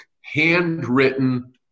handwritten